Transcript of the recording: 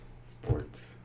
Sports